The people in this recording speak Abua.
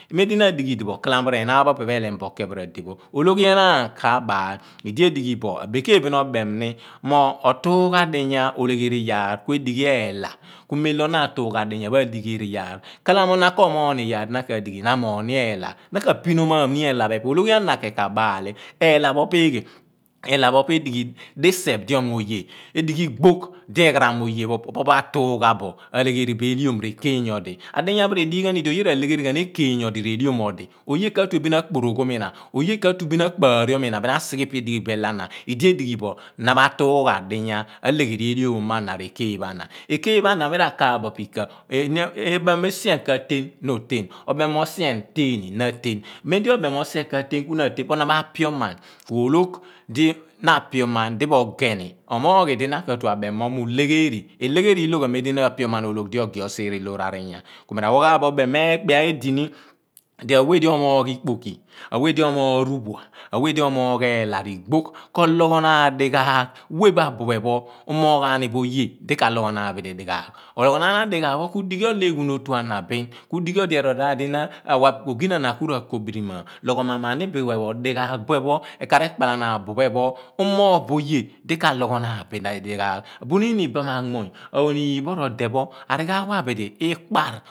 Mem di na adighi idipho kala mo deenaan pho epe pho elem bo kepho radeh pho ologhi enaan ka/baal idi edighi bo abeekeeybin obem ni mo otuugha adiyaar oleegheriyaal kuidi ghi eelah. Ku mem lo na atuugha diyaa pho kua leheri iyaar kala mo na ko omoogh ni iyaar na amooghini eelah na ka pinomaam ni eela pho epe pho, odoghi ana kein ka baali. Eela pho po̱ eeghe? Eela pho po edighi ḏiseph di ongo oye edighi igboogh di eghaaram oye pho opo pho atuugha bo bualee gheeri bo eeliom rꞌekeey odi aḏiya pho rꞌedighan idi oye rꞌa legherighan ekeey rehom odi oye katue bin akporoghom ina oye katue bin akpaariom yina bin asighe ipe edighi bo ilana idi edighibo na matuugha diyaa alegheri eliom mo ana rekeey pho ana ekeey pho ana mi rakaap bo po ika? Imem mo sien kateen no teen obem mo sien teani no tean. Ku mem lo obem mo sien ka tean bu na atean po na ma pioman kuo oloogh di na a pioman di mo geni omoogh idi na katue a bem mo miulegheri miu leghe ri eloghan nemdi na a sour oloogh di mo geni obeehre loor a riyaa ku mi ra wa ghaa bo obeem mo eekpia edini di awe di omoogh ikpoki, awe di omoogh ruphua we di omoogh eela righoogh ko lo gho naan dighaagh we pho abuphe pho umoogh gha ni bo oye di ka loghonaan adighaagh pho ku dighi olo eghuun otu ana bin ku dighi edi na ra wa di ogi na ana kua kobirima. Loghonaan anini dighaagh, ekaarekpulum bue pho umoogh bo oye di ka loghonaan bidi dighaagh. Buniin ibaan amuuny lie mum ode pho araaghaagh pho abidi ikpaar.